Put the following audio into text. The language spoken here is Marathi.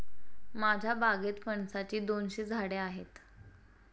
माझ्या बागेत फणसाची दोनशे झाडे आहेत